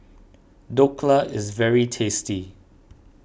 Dhokla is very tasty